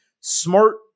smart